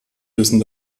wissen